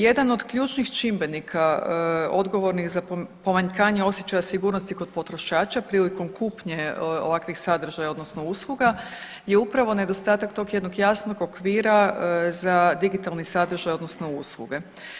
Jedan od ključnih čimbenika odgovornih za pomanjkanje osjećaja sigurnosti kod potrošača prilikom kupnje ovakvih sadržaja odnosno usluga je upravo nedostatak tog jednog jasnog okvira za digitalni sadržaj odnosno usluge.